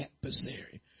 adversary